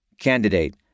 Candidate